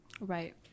Right